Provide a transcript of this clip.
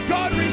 God